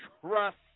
trust